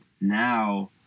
now